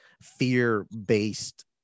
fear-based